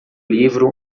livro